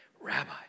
rabbi